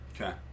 Okay